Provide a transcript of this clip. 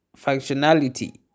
functionality